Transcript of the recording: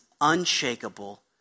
unshakable